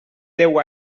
deu